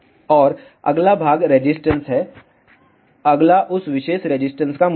और अगला भाग रेजिस्टेंस है अगला उस विशेष रेजिस्टेंस का मूल्य है